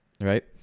right